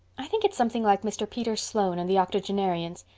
i think it's something like mr. peter sloane and the octogenarians.